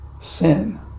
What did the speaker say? sin